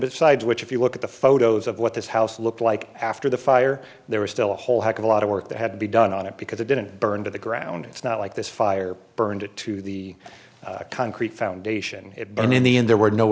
besides which if you look at the photos of what this house looked like after the fire there was still a whole heck of a lot of work that had to be done on it because it didn't burn to the ground it's not like this fire burned it to the concrete foundation it burned in the end there were no